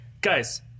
Guys